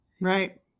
Right